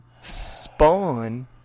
Spawn